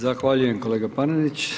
Zahvaljujem kolega Panenić.